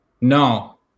No